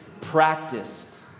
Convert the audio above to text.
practiced